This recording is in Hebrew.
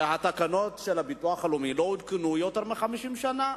שהתקנות של הביטוח הלאומי לא עודכנו יותר מ-50 שנה.